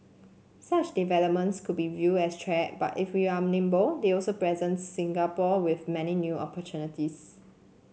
such developments could be viewed as threat but if we are nimble they also present Singapore with many new opportunities